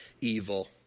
evil